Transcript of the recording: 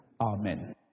Amen